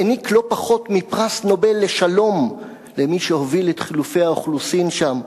העניק לא פחות מפרס נובל לשלום למי שהוביל את חילופי האוכלוסין שם,